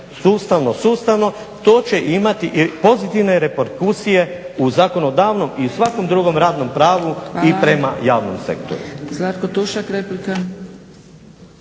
sustavno, sustavno. To će imati pozitivne reperkusije u zakonodavnom i svakom drugom radnom pravu i prema javnom sektoru.